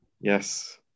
Yes